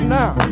now